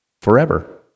forever